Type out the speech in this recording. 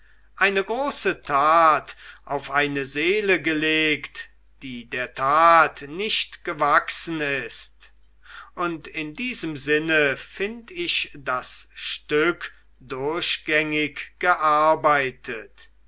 eine große tat auf eine seele gelegt die der tat nicht gewachsen ist und in diesem sinne find ich das stück durchgängig gearbeitet